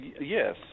Yes